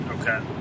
Okay